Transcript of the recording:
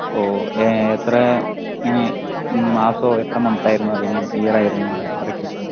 ഓഹ് എത്ര മ് മാസമോ എത്ര മന്ത് ആയിരുന്നു അതോ ഇനി ഇയർ ആയിരുന്നു വർക്ക് ചെയ്തത്